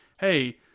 hey